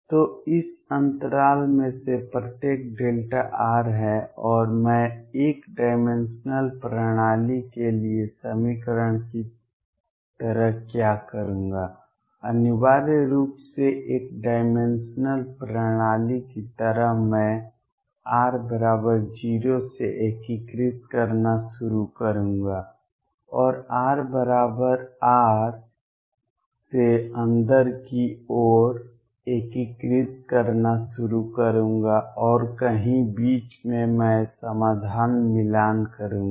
तो इस अंतराल में से प्रत्येक Δr है और मैं एक डायमेंशनल प्रणाली के लिए समीकरण की तरह क्या करूंगा अनिवार्य रूप से एक डायमेंशनल प्रणाली की तरह मैं r 0 से एकीकृत करना शुरू करूंगा और r R से अंदर की ओर एकीकृत करना शुरू करूंगा और कहीं बीच में मैं समाधान मिलान करूंगा